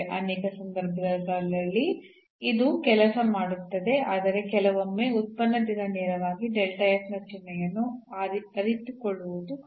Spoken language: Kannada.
ನಾವು ಆಸಕ್ತಿದಾಯಕವಾದದನ್ನು ಇಲ್ಲಿ ಗಮನಿಸಿರುವುದು ಏನೆಂದರೆ ಈ ಪಾಯಿಂಟ್ ನ ನೆರೆಹೊರೆಯಲ್ಲಿ ಈ ಧನಾತ್ಮಕವಾಗಿದೆ ಮತ್ತು ಈ ಋಣಾತ್ಮಕವಾಗಿದೆ ಎಂದು ನಾವು ಅರಿತುಕೊಳ್ಳುತ್ತೇವೆ